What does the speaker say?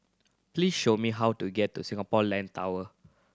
please show me how to get to Singapore Land Tower